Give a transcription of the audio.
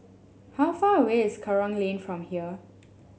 how far away is Kerong Lane from here